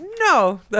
no